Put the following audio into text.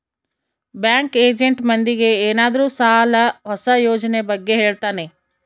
bank agent ಮಂದಿಗೆ ಏನಾದ್ರೂ ಸಾಲ ಹೊಸ ಯೋಜನೆ ಬಗ್ಗೆ ಹೇಳ್ತಾನೆ